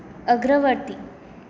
अग्रवर्ती